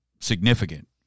significant